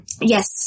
Yes